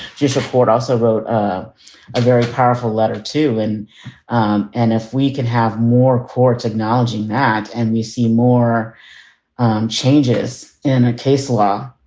just support also wrote a very powerful letter to. and um and if we can have more courts acknowledging that and we see more changes in a case law,